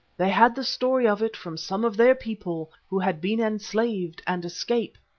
they had the story of it from some of their people who had been enslaved and escaped.